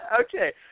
Okay